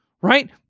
right